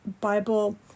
Bible